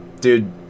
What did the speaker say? dude